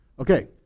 Okay